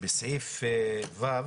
בסעיף קטן (ו),